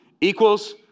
equals